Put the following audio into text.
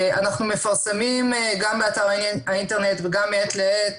אנחנו מפרסמים גם באתר האינטרנט וגם מעת לעת